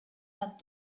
had